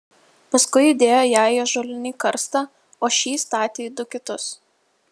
paskui įdėjo ją į ąžuolinį karstą o šį įstatė į du kitus